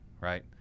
right